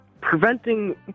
preventing